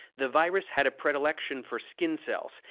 the virus had a predilection for skin cells,